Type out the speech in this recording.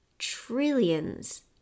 trillions